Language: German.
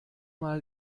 mal